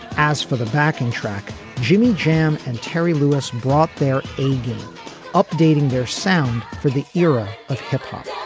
as for the backing track jimmy jam and terry lewis brought their a game updating their sound for the era of hip hop.